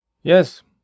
Yes